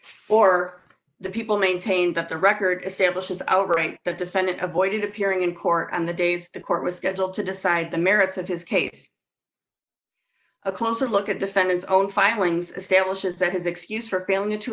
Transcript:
or the people maintained that the record establishes outright that the senate avoided appearing in court on the days the court was scheduled to decide the merits of his case a closer look at defendant's own filings establishes that his excuse for failing to